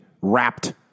wrapped